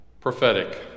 Prophetic